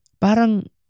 parang